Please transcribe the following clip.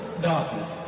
darkness